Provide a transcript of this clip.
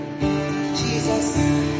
Jesus